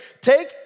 take